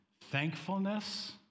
thankfulness